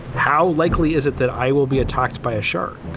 how likely is it that i will be attacked by a shark?